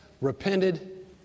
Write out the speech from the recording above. repented